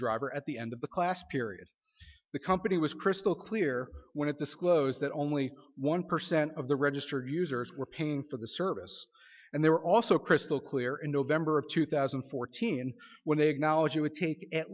driver at the end of the class period the company was crystal clear when it disclosed that only one percent of the registered users were paying for the service and they were also crystal clear in november of two thousand and fourteen when they acknowledge it would take at